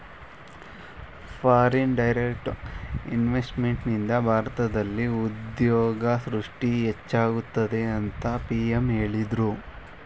foreign direct ಇನ್ವೆಸ್ತ್ಮೆಂಟ್ನಿಂದ ಭಾರತದಲ್ಲಿ ಉದ್ಯೋಗ ಸೃಷ್ಟಿ ಹೆಚ್ಚಾಗುತ್ತದೆ ಅಂತ ಪಿ.ಎಂ ಹೇಳಿದ್ರು